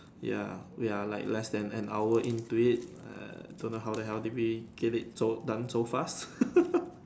ya ya like less than an hour into it err don't know how the hell did we get it so done so fast